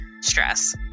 stress